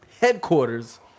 Headquarters